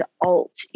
alt